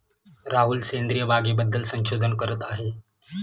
राहुल सेंद्रिय बागेबद्दल संशोधन करत आहे